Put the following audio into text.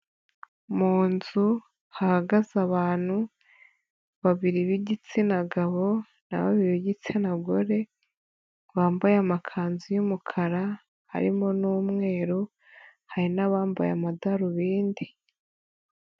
Mu nzu hahagaze abantu babiri b'igitsina gabo na babiri b'igitsina gore, bambaye amakanzu y'umukara harimo n'umweru, hari n'abambaye amadarubindi.